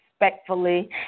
Respectfully